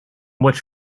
which